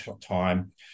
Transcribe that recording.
time